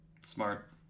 Smart